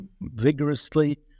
vigorously